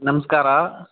ನಮಸ್ಕಾರ